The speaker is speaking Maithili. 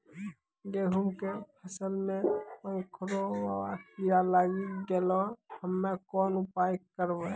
गेहूँ के फसल मे पंखोरवा कीड़ा लागी गैलै हम्मे कोन उपाय करबै?